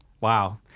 Wow